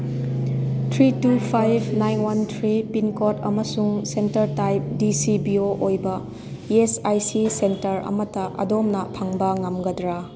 three two five nine one three pincode ꯑꯃꯁꯨꯡ centre type D C B O ꯑꯣꯏꯕ E S I C centre ꯑꯃꯠꯇ ꯑꯗꯣꯝꯅ ꯐꯪꯕ ꯉꯝꯒꯗ꯭ꯔꯥ